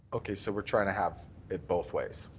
okay, so we're trying to have it both ways.